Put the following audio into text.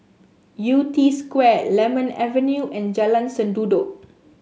Yew Tee Square Lemon Avenue and Jalan Sendudok